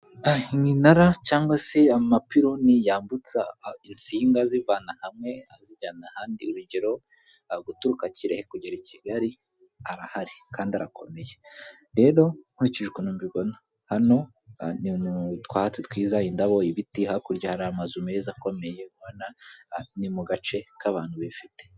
Iminara cyangwa se amapironi yambutsa insinga zivana hamwe azijyana ahandi urugero aguturuka Kirehe kugera i Kigali, arahari kandi arakomeye. Rero nkurikije uko mbibona hano ni mu twatsi twiza indabo ibiti hakurya hari amazu meza akomeye, urabona ni mu gace k'abantu bifite.